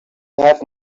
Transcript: have